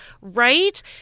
Right